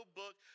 book